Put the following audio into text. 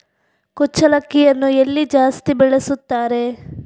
ಕುಚ್ಚಲಕ್ಕಿಯನ್ನು ಎಲ್ಲಿ ಜಾಸ್ತಿ ಬೆಳೆಸುತ್ತಾರೆ?